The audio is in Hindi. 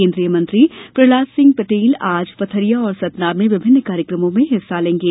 केन्द्रीय मंत्री प्रहलाद पटेल आज पथरिया और सतना में विभिन्न कार्यक्रमों में हिस्सा लेंगे